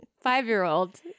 five-year-old